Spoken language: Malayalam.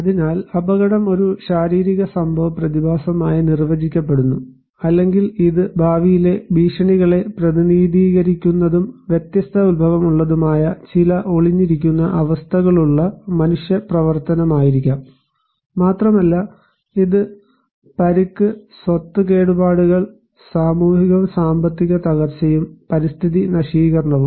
അതിനാൽ അപകടം ഒരു ശാരീരിക സംഭവ പ്രതിഭാസമായി നിർവചിക്കപ്പെടുന്നു അല്ലെങ്കിൽ ഇത് ഭാവിയിലെ ഭീഷണികളെ പ്രതിനിധീകരിക്കുന്നതും വ്യത്യസ്ത ഉത്ഭവം ഉള്ളതുമായ ചില ഒളിഞ്ഞിരിക്കുന്ന അവസ്ഥകളുള്ള മനുഷ്യ പ്രവർത്തനമായിരിക്കാം മാത്രമല്ല ഇത് പരിക്ക് സ്വത്ത് കേടുപാടുകൾ സാമൂഹികവും സാമ്പത്തിക തകർച്ചയും പരിസ്ഥിതി നശീകരണവും